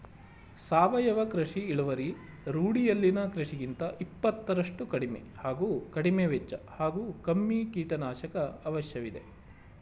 ಸಾವಯವ ಕೃಷಿ ಇಳುವರಿ ರೂಢಿಯಲ್ಲಿರುವ ಕೃಷಿಗಿಂತ ಇಪ್ಪತ್ತರಷ್ಟು ಕಡಿಮೆ ಹಾಗೂ ಕಡಿಮೆವೆಚ್ಚ ಹಾಗೂ ಕಮ್ಮಿ ಕೀಟನಾಶಕ ಅವಶ್ಯವಿದೆ